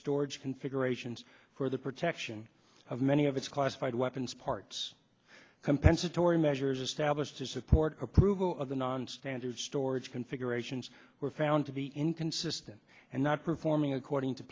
storage configurations for the protection of many of its classified weapons parts compensatory measures established to support approval of the nonstandard storage configurations were found to be inconsistent and not performing according to